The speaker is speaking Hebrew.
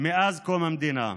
מאז קום המדינה,